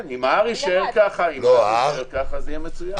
אם המקדם יישאר כך זה יהיה מצוין.